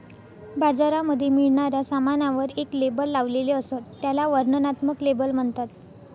बाजारामध्ये मिळणाऱ्या सामानावर एक लेबल लावलेले असत, त्याला वर्णनात्मक लेबल म्हणतात